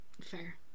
fair